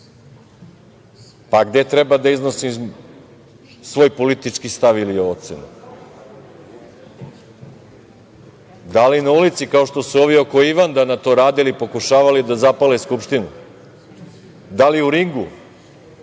treba da iznosim svoj politički stav ili ocenu? Da li na ulici kao što su ovi oko Ivandana to radili, pokušavali da zapale Skupštinu? Da li u ringu?